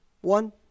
One